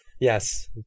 Yes